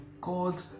God